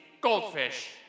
Goldfish